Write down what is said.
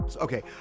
Okay